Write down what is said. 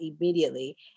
immediately